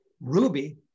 Ruby